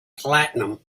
platinum